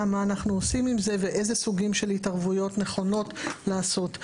מה אנחנו עושים עם זה ואיזה סוגים של התערבויות נכונות לעשות.